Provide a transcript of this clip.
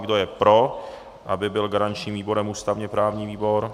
Kdo je pro, aby byl garančním výborem ústavněprávní výbor?